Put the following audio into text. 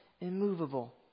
immovable